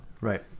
Right